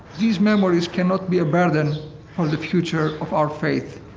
these memories cannot be a burden for the future of our faith